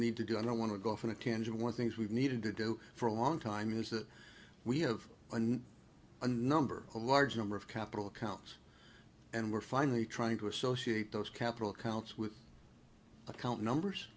need to do i don't want to go off in a tangent one things we've needed to do for a long time is that we have a number a large number of capital accounts and we're finally trying to associate those capital accounts with account numbers